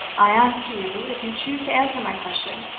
i ask you, if you choose to answer my question,